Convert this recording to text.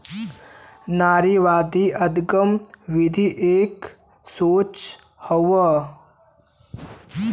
नारीवादी अदगम वृत्ति एक सोच हउए